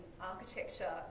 architecture